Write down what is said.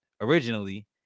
originally